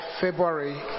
February